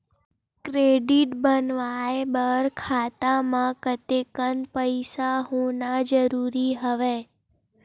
Credit बनवाय बर खाता म कतेकन पईसा होना जरूरी हवय?